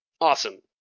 Awesome